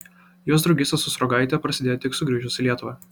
jos draugystė su sruogaite prasidėjo tik sugrįžus į lietuvą